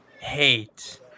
Hate